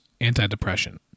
antidepressant